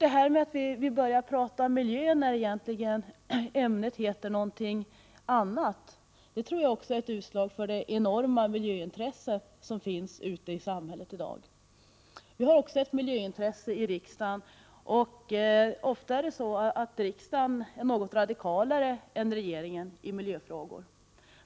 Det faktum att vi börjar tala om miljöfrågor när ämnet egentligen är något annat, tror jag också är ett utslag av det enorma miljöintresse som finns ute i samhället i dag. Det finns också ett miljöintresse i riksdagen. Riksdagen är ofta något radikalare än regeringen när det gäller miljöfrågor.